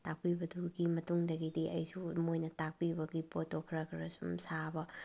ꯇꯥꯛꯄꯤꯕꯗꯨꯒꯤ ꯃꯇꯨꯡꯗꯒꯤꯗꯤ ꯑꯩꯁꯨ ꯃꯣꯏꯅ ꯇꯥꯛꯄꯤꯕꯒꯤ ꯄꯣꯠꯇꯣ ꯈꯔ ꯈꯔ ꯁꯨꯝ ꯁꯥꯕ